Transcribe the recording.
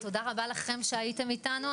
תודה רבה לכם שהייתם איתנו,